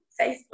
Facebook